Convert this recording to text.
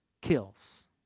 kills